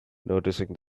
noticing